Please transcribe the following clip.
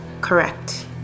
Correct